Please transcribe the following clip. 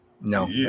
no